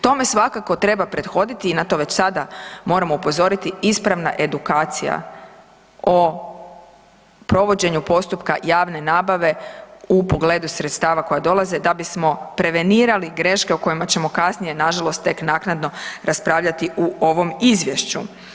Tome svakako treba prethoditi i na to već sada moramo upozoriti ispravna edukacija o provođenje postupka javne nabave u pogledu sredstava koja dolaze da bismo prevenirali greške o kojima ćemo kasnije nažalost tek naknado raspravljati u ovom izvješću.